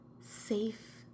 safe